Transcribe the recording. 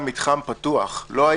עליו